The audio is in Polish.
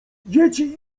dzieci